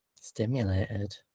stimulated